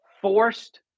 forced